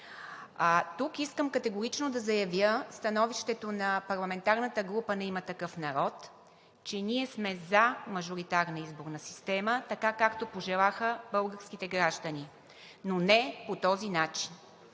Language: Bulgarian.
Тук искам категорично да заявя становището на парламентарната група на „Има такъв народ“, че ние сме за мажоритарна изборна система, така както пожелаха българските граждани, но не по този начин.